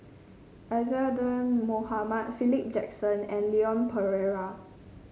Isadhora Mohamed Philip Jackson and Leon Perera